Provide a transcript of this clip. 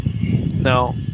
No